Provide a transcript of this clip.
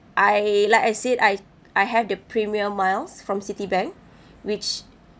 I like I said I I have the PremierMiles from Citibank which